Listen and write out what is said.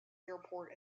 airport